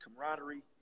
camaraderie